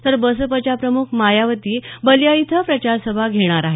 तर बसपाच्या प्रमुख मायावती बालिया इथं प्रचार सभा घेणार आहेत